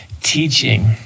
teaching